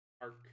arc